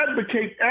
advocate